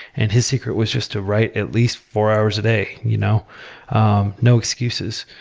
and his secret was just to write at least four hours a day, you know um no excuses.